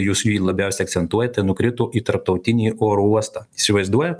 jūs jį labiausiai akcentuojate nukrito į tarptautinį oro uostą įsivaizduojat